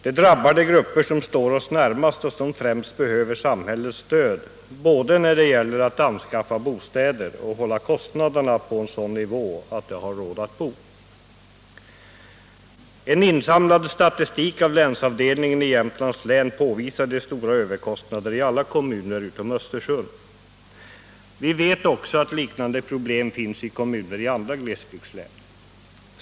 Det drabbar de grupper som står oss närmast och som främst behöver samhällets stöd både när det gäller att anskaffa bostäder och hålla kostnaderna på en sådan nivå att de har råd att bo. En statistik som insamlats av länsavdelningen i Jämtlands län påvisar stora överkostnader i alla kommuner utom Östersund. Vi vet också att liknande problem finns i kommuner i andra glesbygdslän.